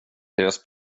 deras